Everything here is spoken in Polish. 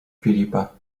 filipa